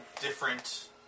different